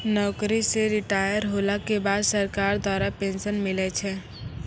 नौकरी से रिटायर होला के बाद सरकार द्वारा पेंशन मिलै छै